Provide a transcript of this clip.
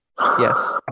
Yes